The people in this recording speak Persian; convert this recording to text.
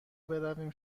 برویم